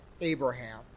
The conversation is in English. Abraham